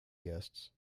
guests